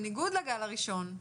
בניגוד לגל הראשון,